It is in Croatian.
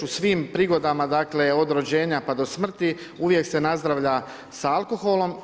U svim prigodama dakle od rođenja pa do smrti uvijek se nazdravlja sa alkoholom.